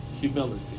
humility